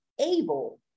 able